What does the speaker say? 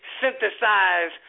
synthesize